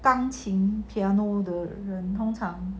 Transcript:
钢琴 piano 的人通常